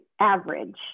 average